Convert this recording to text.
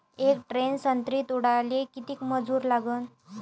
येक टन संत्रे तोडाले किती मजूर लागन?